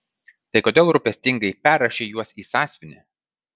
tai kodėl rūpestingai perrašei juos į sąsiuvinį